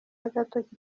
agatoki